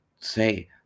say